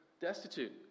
destitute